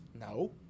no